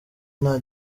nta